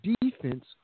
defense